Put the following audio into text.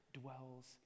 dwells